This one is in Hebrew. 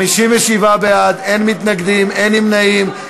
57 בעד, אין מתנגדים, אין נמנעים.